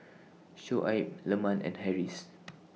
Shoaib Leman and Harris